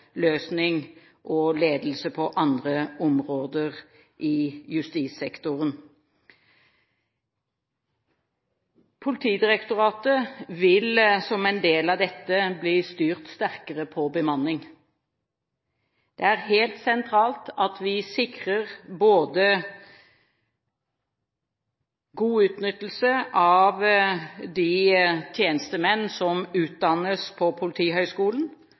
og ledelse på andre områder i justissektoren. Politidirektoratet vil som en del av dette bli styrt sterkere på bemanning. Det er helt sentralt at vi sikrer både god utnyttelse av de tjenestemenn som utdannes på Politihøgskolen,